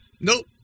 Nope